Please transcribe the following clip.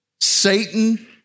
Satan